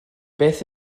beth